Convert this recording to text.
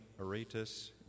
Aretas